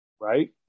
right